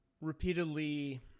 repeatedly